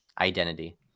identity